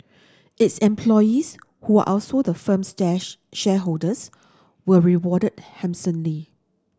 its employees who are also the firm's shareholders were rewarded handsomely